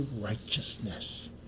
righteousness